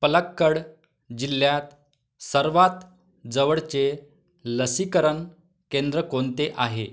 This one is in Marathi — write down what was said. पलक्कड जिल्ह्यात सर्वात जवळचे लसीकरण केंद्र कोणते आहे